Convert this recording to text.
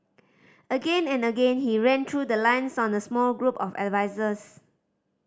again and again he ran through the lines on the small group of advisers